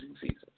seasons